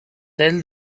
tell